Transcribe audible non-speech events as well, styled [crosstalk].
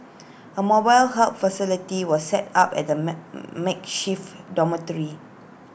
A mobile help facility was set up at the [unintelligible] makeshift dormitory